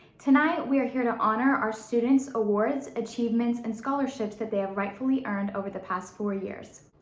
tonight we are here to honor our student's awards, achievements and scholarships that they have rightfully earned over the past four years.